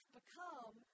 become